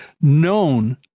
known